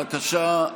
בבקשה.